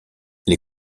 les